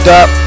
up